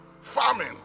farming